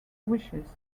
wishes